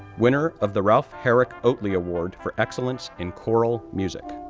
winner of the ralph herrick oatley award for excellence in coral music,